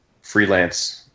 freelance